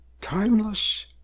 timeless